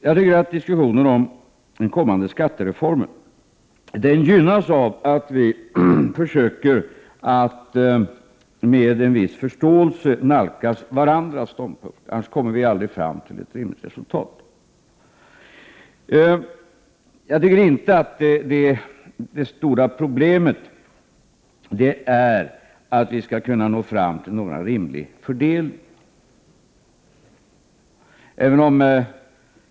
Jag tycker att diskussionen om den kommande skattereformen gynnas av att vi försöker att med en viss förståelse nalkas varandras ståndpunkter, annars kommer vi aldrig fram till ett rimligt resultat. Det stora problemet är enligt min mening inte hur vi skall kunna nå fram till en någorlunda skälig fördelning.